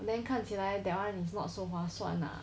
then 看起来 that [one] is not so 划算 lah